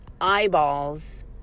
eyeballs